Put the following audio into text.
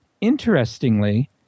Interestingly